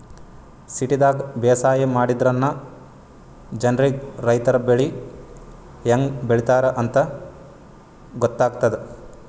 ಸಿಟಿದಾಗ್ ಬೇಸಾಯ ಮಾಡದ್ರಿನ್ದ ಜನ್ರಿಗ್ ರೈತರ್ ಬೆಳಿ ಹೆಂಗ್ ಬೆಳಿತಾರ್ ಅಂತ್ ಗೊತ್ತಾಗ್ತದ್